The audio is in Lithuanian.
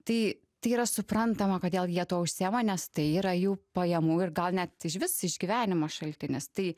tai tai yra suprantama kodėl jie tuo užsiima nes tai yra jų pajamų ir gal net išvis išgyvenimo šaltinis tai